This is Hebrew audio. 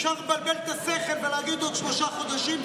אפשר לבלבל את השכל ולהגיד עוד שלושה חודשים,